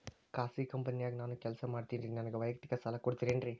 ಖಾಸಗಿ ಕಂಪನ್ಯಾಗ ನಾನು ಕೆಲಸ ಮಾಡ್ತೇನ್ರಿ, ನನಗ ವೈಯಕ್ತಿಕ ಸಾಲ ಕೊಡ್ತೇರೇನ್ರಿ?